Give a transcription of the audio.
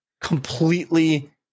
completely